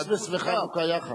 כריסטמס וחנוכה יחד.